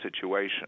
situation